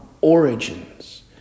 origins